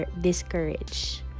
discouraged